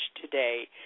today